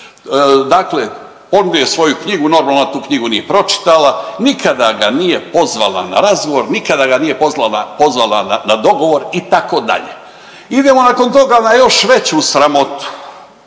se ne razumije/…je svoju knjigu, normalno tu knjigu nije pročitala, nikada ga nije pozvala na razgovor, nikada ga nije pozvala na dogovor itd. i …/Govornik se ne razumije/… nakon toga još veću sramotu.